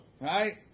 Right